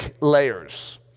layers